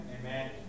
Amen